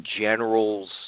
generals